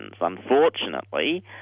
Unfortunately